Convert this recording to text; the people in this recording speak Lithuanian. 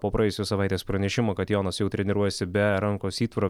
po praėjusios savaitės pranešimo kad jonas jau treniruojasi be rankos įtvaro